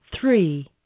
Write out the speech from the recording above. three